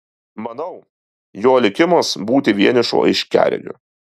manau jo likimas būti vienišu aiškiaregiu